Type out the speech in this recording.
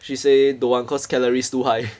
she say don't want cause calories too high